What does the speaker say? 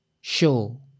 show